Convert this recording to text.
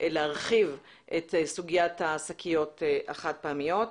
להרחיב את סוגיית השקיות החד פעמיות.